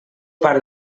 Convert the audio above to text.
part